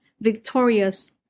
victorious